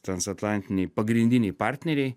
transatlantinei pagrindinei partnerei